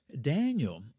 Daniel